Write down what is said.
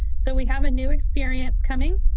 so we have a new experience coming.